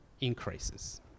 increases